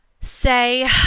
say